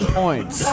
points